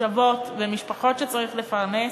מחשבות ומשפחות שצריך לפרנס.